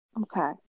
Okay